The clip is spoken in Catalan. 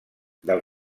del